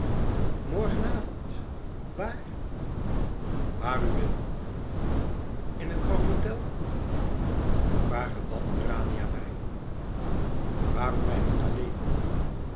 morgen avond waar waar u wil in het grand-hôtel vraag er dan urania bij waarom wij niet alleen